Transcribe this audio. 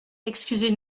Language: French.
excusez